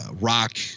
rock